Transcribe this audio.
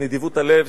לנדיבות הלב.